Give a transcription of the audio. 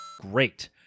great